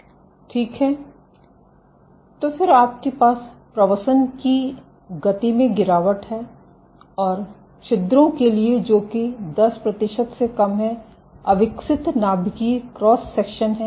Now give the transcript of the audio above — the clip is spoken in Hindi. ठीक है तो फिर आपके पास प्रवसन की गति में गिरावट है और छिद्रों के लिए जो कि 10 प्रतिशत से कम अविकसित नाभिकीय क्रॉस सेक्शन हैं